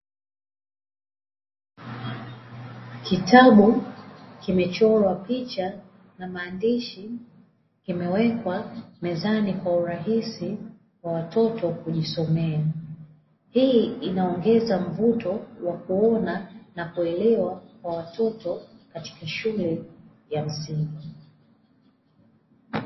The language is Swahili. Kitabu kimechorwa picha na maandishi kimewekwa mezani kwa urahisi kwa urahisi wa watoto kujisomea. Hii inaongeza mvuto wa kuona na kuelewa wa watoto katika shule ya msingi.